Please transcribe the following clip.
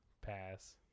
Pass